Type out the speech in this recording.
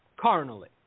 carnally